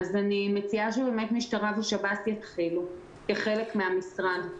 אני מציעה שמשטרה ושב"ס יתחילו כחלק מהמשרד.